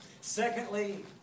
Secondly